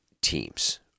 teams